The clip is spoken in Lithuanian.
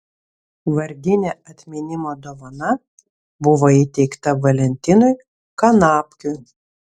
vardinė atminimo dovana buvo įteikta valentinui kanapkiui